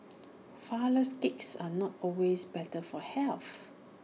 Flourless Cakes are not always better for health